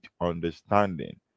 understanding